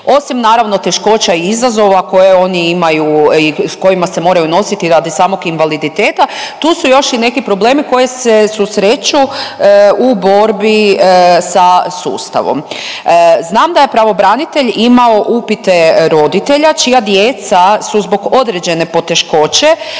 Osim naravno teškoća i izazova koje oni imaju i s kojima se moraju nositi radi samog invaliditeta, tu su još i neki problemi koje se susreću u borbi sa sustavom. Znam da je pravobranitelj imao upite roditelja čija djeca su zbog određene poteškoće